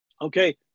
Okay